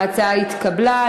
ההצעה התקבלה.